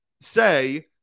say